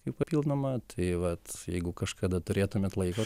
jų papildoma tai vat jeigu kažkada turėtumėt laiko